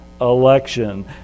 election